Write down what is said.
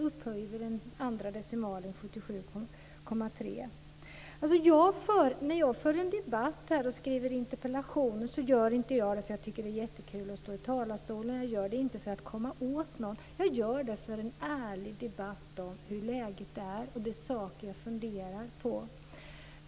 Upphöjer vi den andra decimalen blir det 77,3 %. När jag för en debatt och skriver interpellationer gör jag inte det för att jag tycker att det är jättekul att stå i talarstolen. Jag gör det inte för att komma åt någon. Jag gör det för att få en ärlig debatt om hur läget är och om de saker jag funderar på.